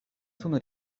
suno